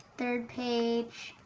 third page,